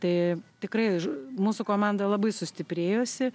tai tikrai ž mūsų komanda labai sustiprėjusi